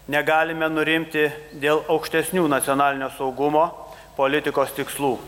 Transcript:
negalime nurimti dėl aukštesnių nacionalinio saugumo politikos tikslų